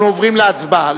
אנחנו עוברים להצבעה.